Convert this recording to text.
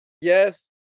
yes